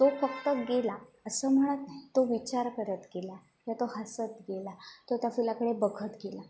तो फक्त गेला असं म्हणत नाही तो विचार करत गेला किंवा तो हसत गेला तो त्या फुलाकडे बघत गेला